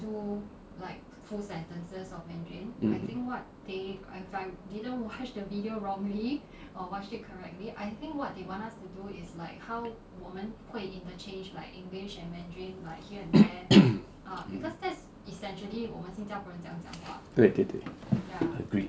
mm mm mmhmm 对对对 agree